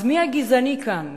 אז מי הגזעני כאן